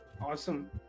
awesome